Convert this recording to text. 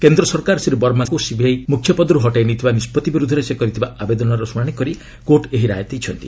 କେନ୍ଦ୍ର ସରକାର ଶ୍ରୀ ବର୍ମାଙ୍କୁ ସିବିଆଇ ମୁଖ୍ୟ ପଦରୁ ହଟାଇ ନେଇଥିବା ନିଷ୍ପଭି ବିରୁଦ୍ଧରେ ସେ କରିଥିବା ଆବେଦନର ଶୁଶାଣି କରି କୋର୍ଟ ଏହି ରାୟ ଦେଇଛନ୍ତି